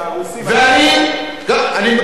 אני גם מזכיר,